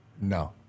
No